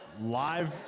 live